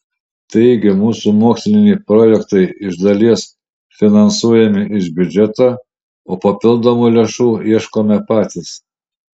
taigi mūsų moksliniai projektai iš dalies finansuojami iš biudžeto o papildomų lėšų ieškome patys